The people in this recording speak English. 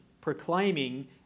proclaiming